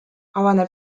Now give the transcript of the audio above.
avaneb